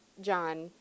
John